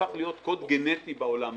שהפך להיות קוד גנטי בעולם הזה,